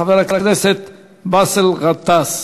חבר הכנסת באסל גטאס.